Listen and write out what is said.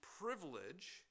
privilege